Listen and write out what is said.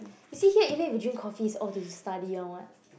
you see here even if you drink coffee is all to study one [what]